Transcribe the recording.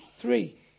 three